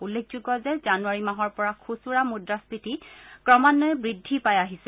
উল্লেখযোগ্য যে যোৱা জানুৱাৰী মাহৰ পৰা খুচুৰা মুদ্ৰাস্ফীতি ক্ৰমান্বয়ে বৃদ্ধি পাই আহিছে